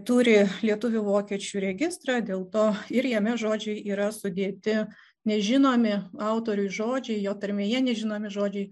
turi lietuvių vokiečių registrą dėl to ir jame žodžiai yra sudėti nežinomi autoriui žodžiai jo tarmėje nežinomi žodžiai